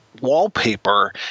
wallpaper